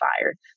fired